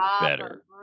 better